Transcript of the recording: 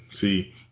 see